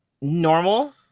normal